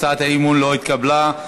הצעת האי-אמון לא התקבלה.